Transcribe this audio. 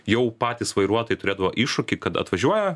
jau patys vairuotojai turėdavo iššūkį kad atvažiuoja